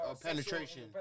penetration